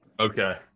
Okay